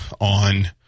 on